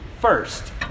first